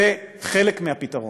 זה חלק מהפתרון,